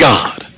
God